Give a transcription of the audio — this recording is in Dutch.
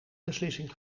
beslissing